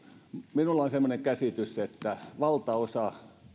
minulla on semmoinen käsitys että valtaosa